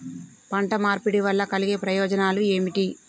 పంట మార్పిడి వల్ల కలిగే ప్రయోజనాలు ఏమిటి?